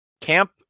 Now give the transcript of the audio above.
camp